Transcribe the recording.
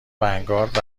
ونگارد